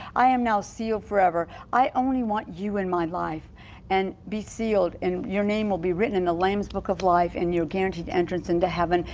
i am now sealed forever. i only want you in my life and be sealed and your name will be written in the lamb's book of life and your guaranteed entrance into heaven.